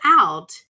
out